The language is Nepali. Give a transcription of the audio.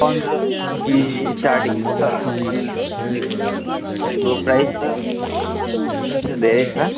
पन्ध्र सौदेखि स्टार्टिङ छ पन्ध्र सौदेखि प्राइस त धेरै छ